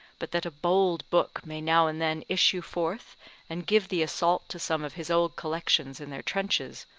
but that a bold book may now and then issue forth and give the assault to some of his old collections in their trenches,